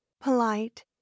polite